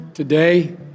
Today